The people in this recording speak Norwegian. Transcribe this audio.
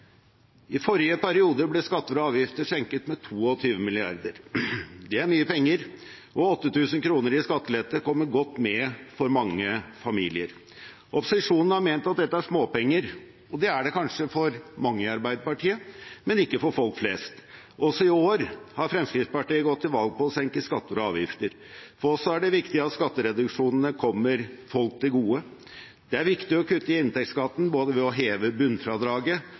I forrige periode ble skatter og avgifter senket med 22 mrd. kr. Det er mye penger. Og 8 000 kr i skattelette kommer godt med for mange familier. Opposisjonen har ment at dette er småpenger, og det er det kanskje for mange i Arbeiderpartiet, men ikke for folk flest. Også i år har Fremskrittspartiet gått til valg på å senke skatter og avgifter. For oss er det viktig at skattereduksjonene kommer folk til gode. Det er viktig å kutte i inntektsskatten ved å heve bunnfradraget